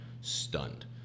stunned